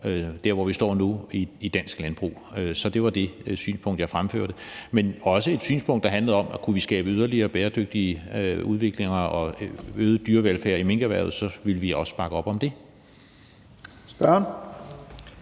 produktionsform i dansk landbrug. Så det var det synspunkt, jeg fremførte – men også et synspunkt, der handlede om, at kunne vi skabe yderligere bæredygtige udviklinger og øget dyrevelfærd i minkerhvervet, ville vi også bakke op om det.